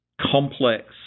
complex